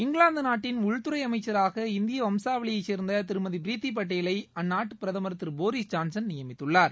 இங்கிலாந்து நாட்டின் உள்துறை அமைச்சராக இந்திய வம்சாவளியைச் சேர்ந்த திருமதி பிரித்தி பட்டேலை அந்நாட்டு பிரதமர் திரு போரிஸ் ஜான்சன் நியமித்துள்ளார்